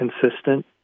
consistent